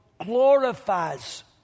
glorifies